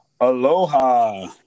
Aloha